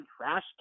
trash